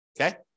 Okay